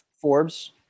Forbes